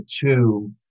two